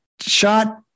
shot